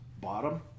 bottom